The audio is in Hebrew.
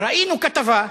ראינו כתבה,